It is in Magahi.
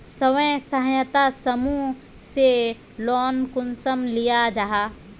स्वयं सहायता समूह से लोन कुंसम लिया जाहा?